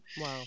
Wow